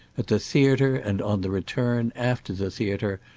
at the theatre and on the return, after the theatre,